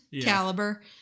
caliber